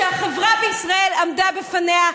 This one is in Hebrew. שהחברה בישראל עמדה בפניה.